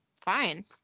fine